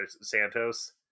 Santos